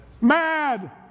mad